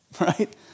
Right